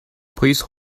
please